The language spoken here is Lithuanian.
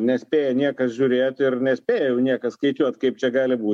nespėja niekas žiūrėt ir nespėja jau niekas skaičiuot kaip čia gali bū